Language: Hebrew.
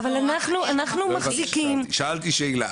שאלתי שאלה.